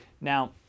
Now